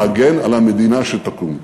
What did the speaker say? להגן על המדינה שתקום,